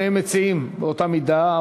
הם שניהם מציעים באותה מידה,